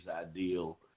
ideal